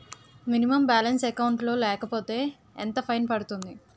Minimum balance account లో లేకపోతే ఎంత ఫైన్ పడుతుంది?